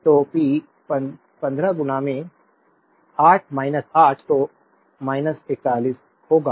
तो पी 1 5 8 तो 41 होगा